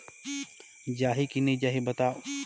जाही की नइ जाही बताव?